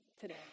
today